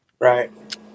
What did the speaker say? Right